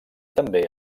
també